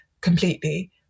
completely